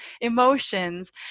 emotions